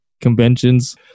conventions